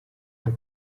muri